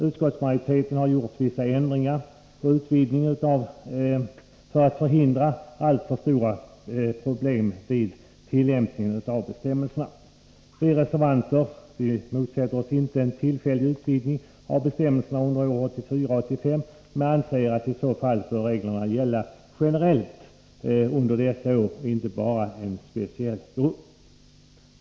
Utskottsmajoriteten har gjort vissa ändringar när det gäller utvidgningen, för att förhindra alltför stora problem vid gränsdragningen. Vi reservanter motsätter oss inte en tillfällig utvidgning av bestämmelserna under 1984 och 1985 men anser att i så fall bör reglerna gälla generellt under dessa år och inte bara gälla en speciell grupp.